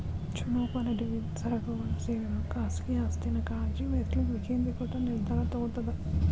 ಛೊಲೊ ಕ್ವಾಲಿಟಿ ವಿವಿಧ ಸರಕುಗಳ ಸೇವೆಗಳು ಖಾಸಗಿ ಆಸ್ತಿಯನ್ನ ಕಾಳಜಿ ವಹಿಸ್ಲಿಕ್ಕೆ ವಿಕೇಂದ್ರೇಕೃತ ನಿರ್ಧಾರಾ ತೊಗೊತದ